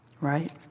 right